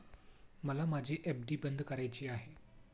मला माझी एफ.डी बंद करायची आहे